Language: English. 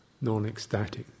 Non-ecstatic